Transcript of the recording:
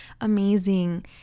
amazing